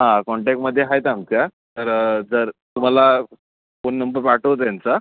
हां कॉन्टॅकमध्ये आहेत आमच्या तर जर तुम्हाला फोन नंबर पाठवू त्यांचा